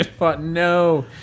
No